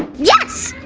yes!